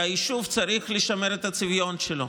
כי היישוב צריך לשמר את הצביון שלו.